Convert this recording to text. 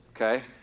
okay